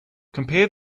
compare